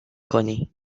کنی